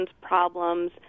problems